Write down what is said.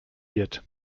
wird